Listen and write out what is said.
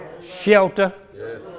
Shelter